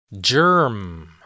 germ